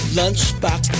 lunchbox